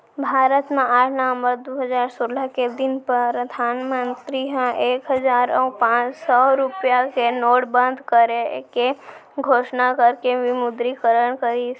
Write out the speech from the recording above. भारत म आठ नवंबर दू हजार सोलह के दिन परधानमंतरी ह एक हजार अउ पांच सौ रुपया के नोट बंद करे के घोसना करके विमुद्रीकरन करिस